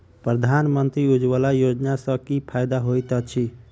प्रधानमंत्री उज्जवला योजना सँ की फायदा होइत अछि?